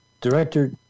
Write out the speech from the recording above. director